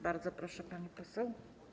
Bardzo proszę, pani poseł.